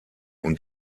und